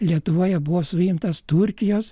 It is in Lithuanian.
lietuvoje buvo suimtas turkijos